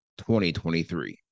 2023